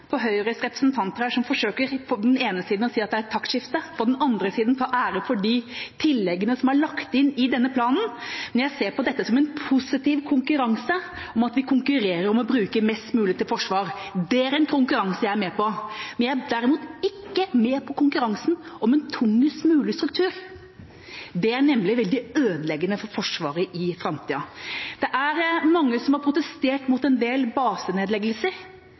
på Høyres representanter her, som på den ene siden forsøker å si at det er et taktskifte, og på den andre siden tar ære for de tilleggene som er lagt inn i denne planen, men jeg ser på dette som en positiv konkurranse der vi konkurrerer om å bruke mest mulig til forsvar. Det er en konkurranse jeg er med på. Jeg er derimot ikke med på konkurransen om en tungest mulig struktur. Det er nemlig veldig ødeleggende for Forsvaret i framtida. Det er mange som har protestert mot en del basenedleggelser.